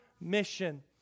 mission